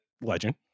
Legend